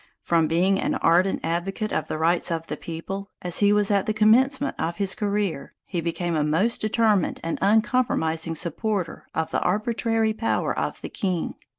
from being an ardent advocate of the rights of the people, as he was at the commencement of his career, he became a most determined and uncompromising supporter of the arbitrary power of the king.